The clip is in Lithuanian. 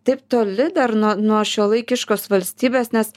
taip toli dar nuo nuo šiuolaikiškos valstybės nes